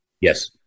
Yes